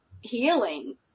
healing